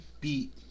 beat